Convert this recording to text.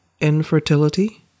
infertility